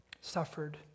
suffered